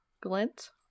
glint